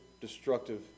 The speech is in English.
destructive